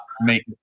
make